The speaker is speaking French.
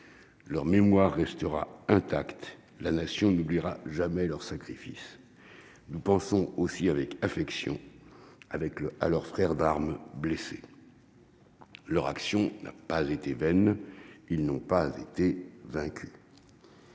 leur mémoire restera intact, la nation n'oubliera jamais leur sacrifice nous pensons aussi avec affection avec le à leurs frères d'armes blessée. Leur action n'a pas été vaine, ils n'ont pas été vaincus.